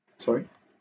sorry